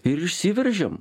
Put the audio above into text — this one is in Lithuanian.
ir išsiveržėm